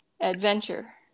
Adventure